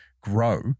grow